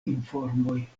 informoj